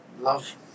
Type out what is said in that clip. love